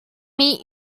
meet